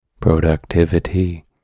productivity